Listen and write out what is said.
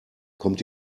kommt